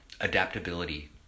adaptability